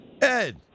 Ed